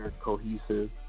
cohesive